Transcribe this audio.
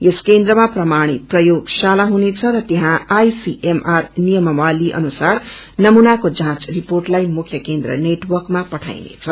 यस केन्द्रमा प्रमाणित प्रयोगशाला हुनेछ रत्यहा आईसीएमआर नियमावली अनुसार नमूनाको जाँच रिपोअलाई मुख्य केन्द्रको नेटवर्कलाई पठाईनेछ